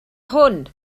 hwn